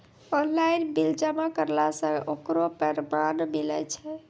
Online bill जमा करला से ओकरौ परमान मिलै छै?